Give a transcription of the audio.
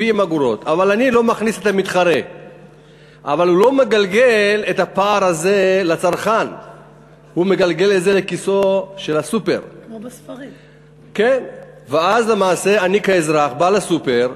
20%. 70 אגורות,